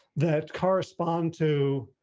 that correspond to,